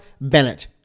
Bennett